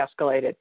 escalated